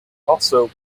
also